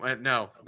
No